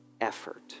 effort